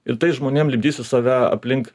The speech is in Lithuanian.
ir tais žmonėm lipdysiu save aplink